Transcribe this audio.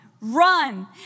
run